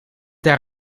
daar